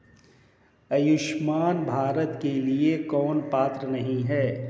आयुष्मान भारत के लिए कौन पात्र नहीं है?